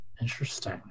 Interesting